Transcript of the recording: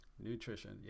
Nutrition